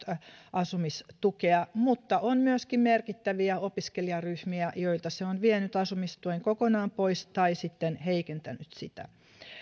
asumistukea mutta on myöskin merkittäviä opiskelijaryhmiä joilta se on vienyt asumistuen kokonaan pois tai sitten heikentänyt sitä